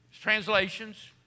translations